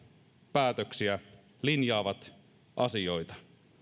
päätöksiä ja linjaavat asioita